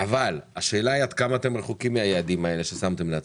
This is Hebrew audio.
אבל השאלה היא עד כמה אתם רחוקים מהיעדים האלה ששמתם לעצמכם.